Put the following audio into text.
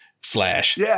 slash